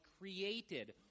created